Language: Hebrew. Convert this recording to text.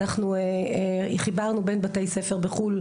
אנחנו חיברנו בין בתי ספר בחו"ל,